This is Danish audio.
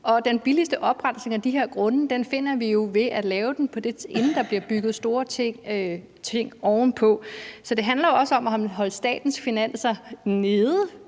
den billigste oprensning af de her grunde får vi jo ved at lave den, inden der bliver bygget store ting ovenpå. Så det handler også om at holde statens udgifter nede,